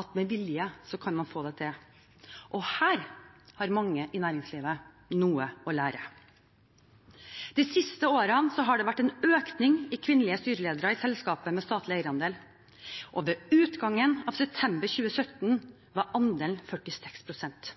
at med vilje kan man få det til. Her har mange i næringslivet noe å lære. De siste årene har det vært en økning i kvinnelige styreledere i selskaper med statlig eierandel, og ved utgangen av september 2017 var andelen 46 pst.